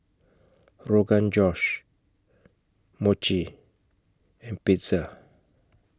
Rogan Josh Mochi and Pizza